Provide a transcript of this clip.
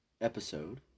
episode